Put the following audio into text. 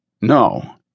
No